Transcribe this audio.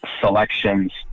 selections